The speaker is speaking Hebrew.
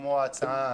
כמו ההצעה